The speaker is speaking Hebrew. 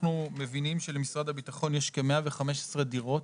אנחנו מבינים שלמשרד הביטחון יש כ-115 דירות